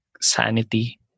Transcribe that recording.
sanity